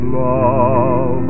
love